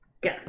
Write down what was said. Go